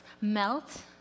melt